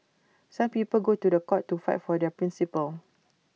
some people go to The Court to fight for their principles